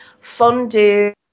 fondue